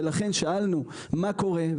ולכן שאלנו מה קורה.